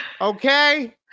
okay